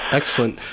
excellent